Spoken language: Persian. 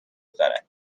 بگذارد